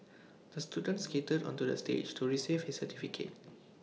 the student skated onto the stage to receive his certificate